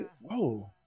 Whoa